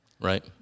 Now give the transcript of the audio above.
Right